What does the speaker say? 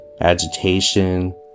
agitation